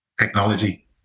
technology